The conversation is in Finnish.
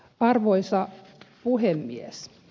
arvoisa puhemies